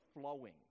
flowing